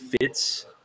fits